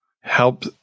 help